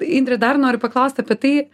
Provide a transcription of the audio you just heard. indre dar noriu paklausti apie tai